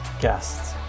guests